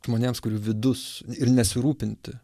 žmonėms kurių vidus ir nesirūpinti